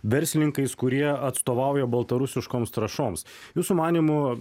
verslininkais kurie atstovauja baltarusiškoms trąšoms jūsų manymu